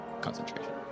Concentration